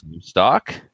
Stock